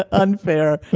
ah unfair.